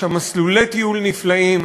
יש שם מסלולי טיול נפלאים.